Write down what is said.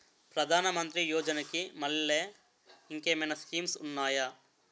ప్రధాన మంత్రి యోజన కి మల్లె ఇంకేమైనా స్కీమ్స్ ఉన్నాయా?